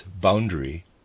boundary